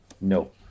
No